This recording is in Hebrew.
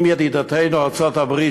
אם ידידתנו ארצות-הברית,